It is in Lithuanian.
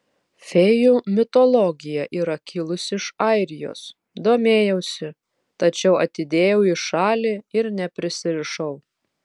fėjų mitologija yra kilusi iš airijos domėjausi tačiau atidėjau į šalį ir neprisirišau